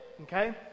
Okay